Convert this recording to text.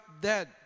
dead